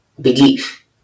belief